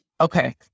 Okay